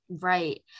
right